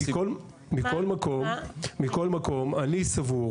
מכל מקום, אני סבור